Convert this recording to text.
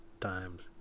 times